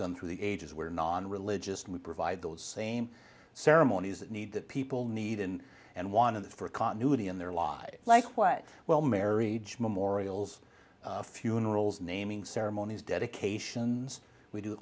done through the ages were non religious and we provide those same ceremonies that need that people need in and one of the for continuity in their lives like way well marriage memorials funerals naming ceremonies dedications we do